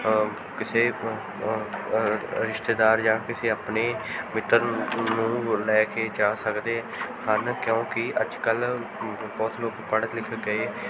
ਕਿਸੇ ਰਿਸ਼ਤੇਦਾਰ ਜਾਂ ਕਿਸੇ ਆਪਣੇ ਮਿੱਤਰ ਨੂੰ ਨੂੰ ਲੈ ਕੇ ਜਾ ਸਕਦੇ ਹਨ ਕਿਉਂਕਿ ਅੱਜ ਕੱਲ੍ਹ ਬਹੁਤ ਲੋਕ ਪੜ੍ਹ ਲਿਖ ਗਏ